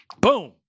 Boom